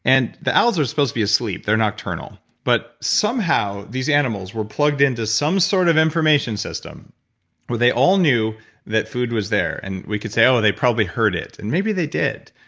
and the owls are supposed to be asleep. they're nocturnal. but somehow, these animals were plugged into some sort of information system where they all knew that food was there, and we could say, oh, they probably heard it. and maybe they did,